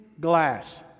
Glass